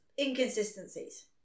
inconsistencies